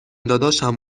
داداشم